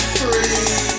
free